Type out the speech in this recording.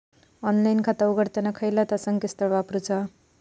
Online खाता उघडताना खयला ता संकेतस्थळ वापरूचा?